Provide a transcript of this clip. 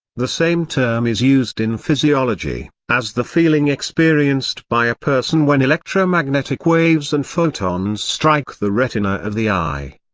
the same term is used in physiology, as the feeling experienced by a person when electromagnetic waves and photons strike the retina of the eye.